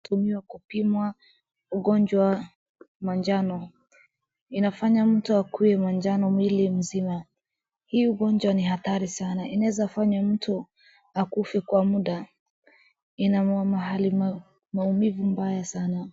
Inatumiwa kupimwa ugonjwa majano. Inafanya mtu akuwe majano mwili mzima. Hii ugonjwa ni hatari sana, inaweza fanya mtu akufe kwa muda. Ina ma, mahali, ma, maumivu baya sana.